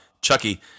Chucky